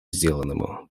сделанному